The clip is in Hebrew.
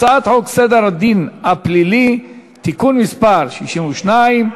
הצעת חוק סדר הדין הפלילי (תיקון מס' 62,